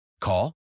Call